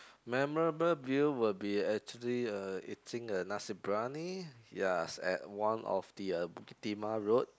memorable meal will be actually uh eating a nasi-biryani ya at one of the uh Bukit-Timah road